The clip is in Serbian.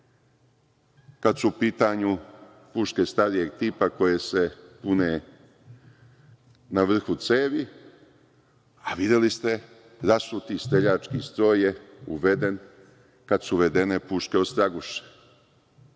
kada su u pitanju puške starijeg tipa koje se pune na vrhu cevi, a videli ste rasuti streljački stroj je uveden kada su uvedene puške ostraguše.